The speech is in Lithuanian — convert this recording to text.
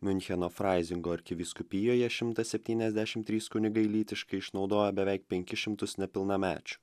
miuncheno fraizingo arkivyskupijoje šimtas septyniasdešim trys kunigai lytiškai išnaudojo beveik penkis šimtus nepilnamečių